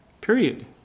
period